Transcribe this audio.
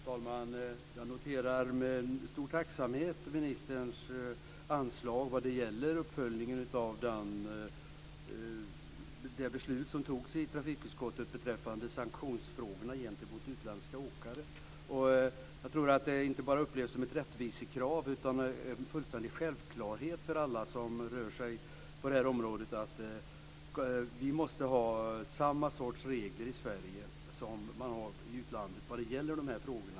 Fru talman! Jag noterar med stor tacksamhet ministerns anslag vad gäller uppföljningen av det beslut som fattades i trafikutskottet beträffande sanktionsfrågorna gentemot utländska åkare. Det upplevs inte bara som ett rättvisekrav utan som en fullständig självklarhet för alla på området, dvs. det måste vara samma sorts regler i Sverige som i utlandet i dessa frågor.